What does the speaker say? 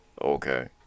Okay